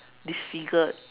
disfigured